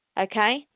okay